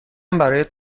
برایت